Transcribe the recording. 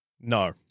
No